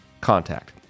contact